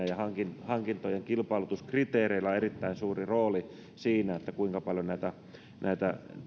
ja hankintojen hankintojen kilpailutuskriteereillä on erittäin suuri rooli siinä kuinka paljon näitä